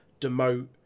demote